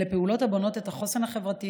אלה פעולות הבונות את החוסן החברתי